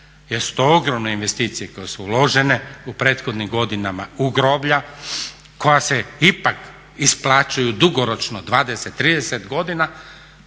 Jer su to ogromne investicije koje su uložene u prethodnim godinama u groblja koja se ipak isplaćuju dugoročno 20, 30 godina